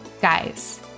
Guys